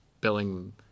billing